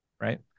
right